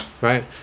right